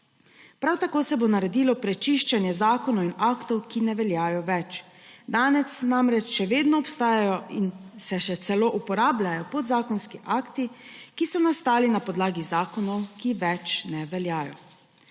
Prav tako se bo naredilo prečiščenje zakonov in aktov, ki ne veljajo več. Danes namreč še vedno obstajajo in se še celo uporabljajo podzakonski akti, ki so nastali na podlagi zakonov, ki več ne veljajo.